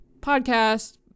podcast